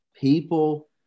people